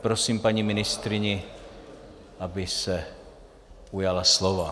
Prosím, paní ministryně, abyste se ujala slova.